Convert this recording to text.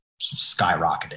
skyrocketed